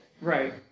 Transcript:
Right